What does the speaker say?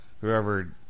whoever